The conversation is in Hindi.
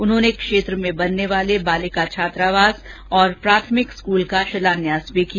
उन्होंने क्षेत्र में बनने वाले बालिका छात्रावास और प्राथमिक स्कूल का शिलान्यास भी किया